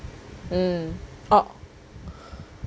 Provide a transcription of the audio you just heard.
mm oh